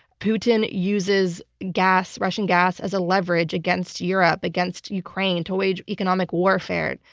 putin uses gas, russian gas, as a leverage against europe, against ukraine, to wage economic warfare,